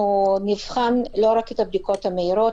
נבחן לא רק את הבדיקות המהירות,